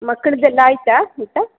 ಮಕ್ಕಳದ್ದೆಲ್ಲ ಆಯ್ತಾ ಊಟ